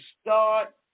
start